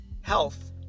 health